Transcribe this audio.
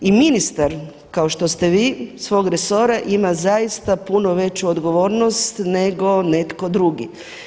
I ministar kao što ste vi svog resora ima zaista puno veću odgovornost neto netko drugi.